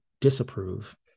disapprove